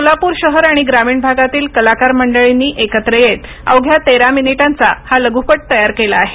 सोलापूर शहर आणि ग्रामीण भागातील कलाकार मंडळींनी एकत्र येत अवघ्या तेरा मिनिटांचा हा लघ्पट तयार केला आहे